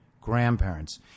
grandparents –